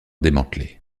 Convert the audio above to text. démantelé